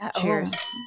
Cheers